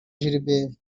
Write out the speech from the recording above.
gilbert